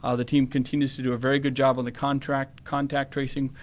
ah the team continues to do a very good job on the contact contact tracing,